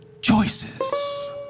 choices